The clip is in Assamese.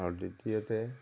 আৰু দ্বিতীয়তে